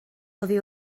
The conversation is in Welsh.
oddi